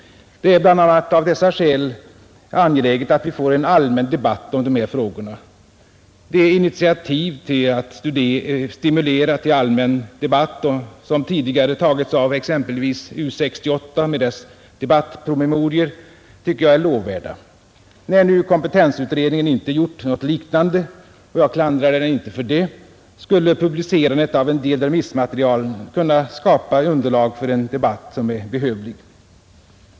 Det är bl.a. av dessa skäl angeläget att vi får en allmän debatt om de här frågorna. De initiativ till att stimulera till allmän debatt som tidigare har tagits av exempelvis U 68 med dess debattpromemorior tycker jag är lovvärda. När nu kompetensutredningen inte gjort något liknande — och jag klandrar den inte för det — skulle publicerandet av en del remissmaterial kunna skapa underlag för en debatt som är behövlig.